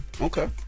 Okay